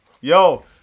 Yo